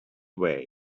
way